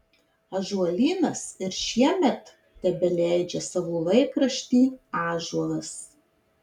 ąžuolynas ir šiemet tebeleidžia savo laikraštį ąžuolas